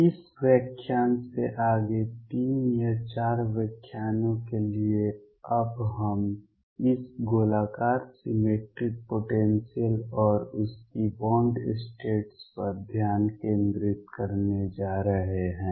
इस व्याख्यान से आगे 3 या 4 व्याख्यानों के लिए अब हम इस गोलाकार सिमेट्रिक पोटेंसियल और उनकी बॉन्ड - स्टेट्स पर ध्यान केंद्रित करने जा रहे हैं